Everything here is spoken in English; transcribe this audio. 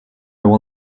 will